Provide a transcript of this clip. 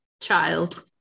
child